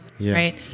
right